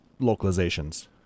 localizations